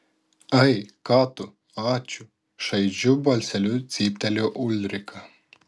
ai ką tu ačiū šaižiu balseliu cyptelėjo ulrika